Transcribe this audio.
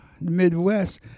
Midwest